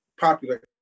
popular